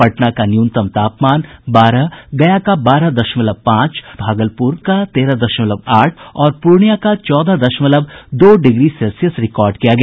पटना का न्यूनतम तापमान बारह गया का बारह दशमलव पांच भागलपुर का तेरह दशमलव आठ और प्रर्णिया का चौदह दशमलव दो डिग्री सेल्सियस रिकॉर्ड किया गया